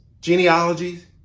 genealogies